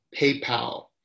PayPal